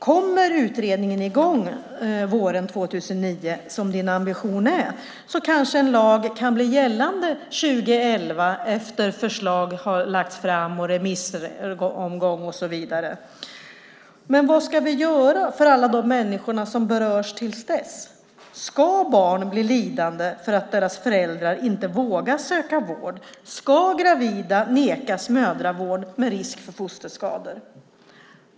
Kommer utredningen i gång våren 2009, som din ambition är, kanske en lag kan bli gällande 2011 efter att förslag har lagts fram, remissomgång och så vidare. Men vad ska vi göra för alla de människor som berörs till dess? Ska barn bli lidande för att deras föräldrar inte vågar söka vård? Ska gravida nekas mödravård med risk för fosterskador?